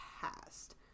past